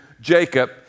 Jacob